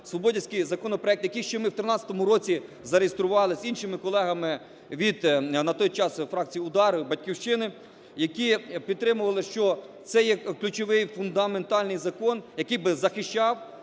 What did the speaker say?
свободівський законопроект, який ще в 13-му році зареєстрували з іншими колегами від, на той час фракції "УДАР", "Батьківщина", які підтримували, що це є ключовий фундаментальний закон, який би захищав